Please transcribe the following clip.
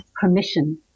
permission